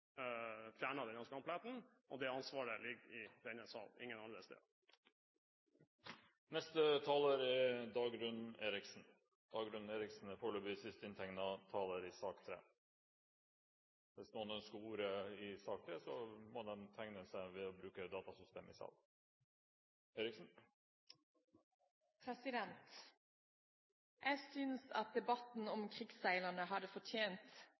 og det ansvaret ligger i denne salen, ingen andre steder. Neste taler er Dagrun Eriksen. Hun er foreløpig sist inntegnede taler i sak nr. 3. Hvis flere ønsker ordet i sak nr. 3, må de tegne seg ved å bruke datasystemet i salen. Jeg synes debatten om krigsseilerne hadde fortjent